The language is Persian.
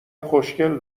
خوشکل